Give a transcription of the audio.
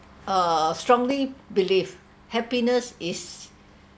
err strongly believe happiness is